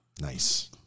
Nice